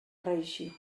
reeixir